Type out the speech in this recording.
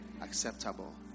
acceptable